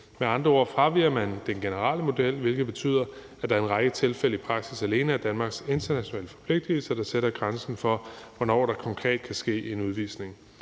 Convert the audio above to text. Med andre ord fraviger man den generelle model, hvilket betyder, at der er en række tilfælde i praksis alene af Danmarks internationale forpligtelser, der sætter grænsen for, hvornår der konkret kan ske en udvisning.